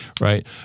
right